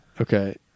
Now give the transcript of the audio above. Okay